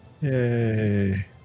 yay